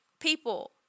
people